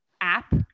app